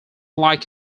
like